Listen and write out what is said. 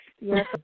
Yes